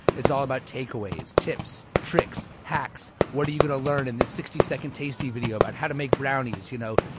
it's all about takeaways, tips, tricks, hacks. what are you going to learn in this sixty second taystee video about how to make brownies, you know?